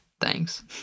Thanks